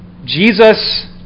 Jesus